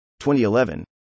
2011